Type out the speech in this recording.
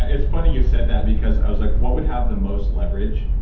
it's funny you said that because i was like, what would have the most leverage?